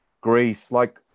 Greece—like